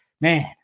man